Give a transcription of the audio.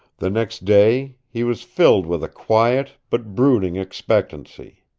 the next day he was filled with a quiet but brooding expectancy.